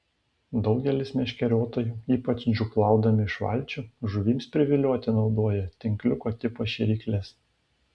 daugelis meškeriotojų ypač žūklaudami iš valčių žuvims privilioti naudoja tinkliuko tipo šėrykles